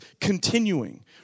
continuing